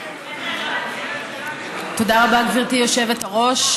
תודה רבה, גברתי היושבת-ראש.